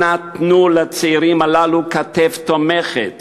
אנא, תנו לצעירים הללו כתף תומכת